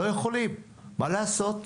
לא יכולים, מה לעשות.